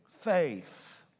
faith